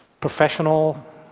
professional